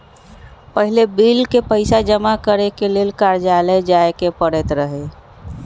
पहिले बिल के पइसा जमा करेके लेल कर्जालय जाय के परैत रहए